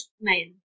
man